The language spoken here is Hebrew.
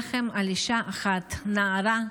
אחת, נערה,